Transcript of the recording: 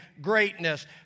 greatness